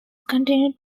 continued